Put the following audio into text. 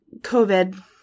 COVID